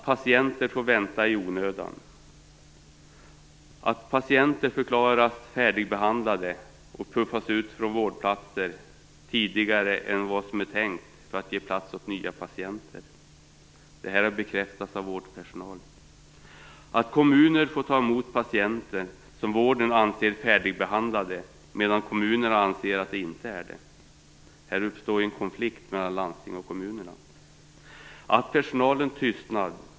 Patienter får vänta i onödan, och patienter förklaras färdigbehandlade och puffas ut från vårdplatser tidigare än vad som är tänkt för att ge plats åt nya patienter. Detta har bekräftats av vårdpersonal. Kommunerna får ta emot patienter som vården anser färdigbehandlade, medan kommunerna anser att de inte är det. Här uppstår en konflikt mellan landstingen och kommunerna.